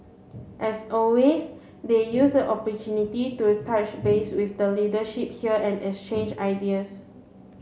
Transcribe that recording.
as always they used the opportunity to touch base with the leadership here and exchange ideas